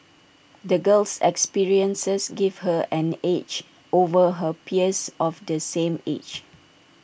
the girl's experiences gave her an edge over her peers of the same age